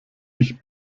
ich